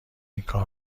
اینکار